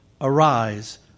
Arise